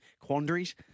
quandaries